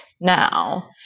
now